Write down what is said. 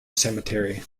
cemetery